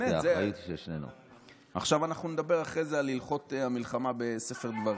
אחרי זה נדבר על הלכות המלחמה בספר דברים.